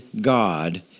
God